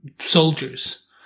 soldiers